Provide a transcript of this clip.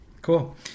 Cool